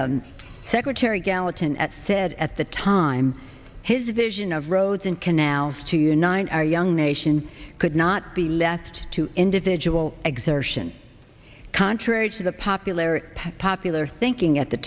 at said at the time his vision of roads and canals to unite our young nation could not be left to individual exertion contrary to the popular popular thinking at the